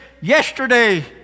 yesterday